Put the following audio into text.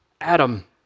Adam